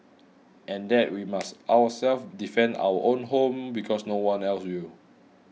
and that we must ourselves defend our own home because no one else will